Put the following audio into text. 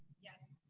yes.